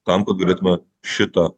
tam kad galėtume šitą